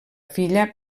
filla